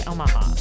Omaha